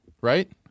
right